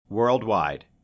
Worldwide